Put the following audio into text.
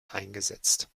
eingesetzt